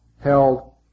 held